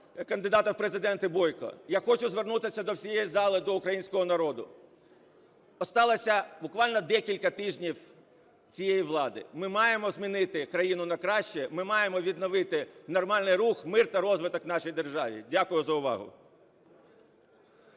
кандидата в Президенти Бойко. Я хочу звернутися до всієї зали, до українського народу. Осталося буквально декілька тижнів цієї влади, ми маємо змінити країну на краще, ми маємо відновити нормальний рух, мир та розвиток у нашій державі. Дякую за увагу.